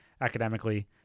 academically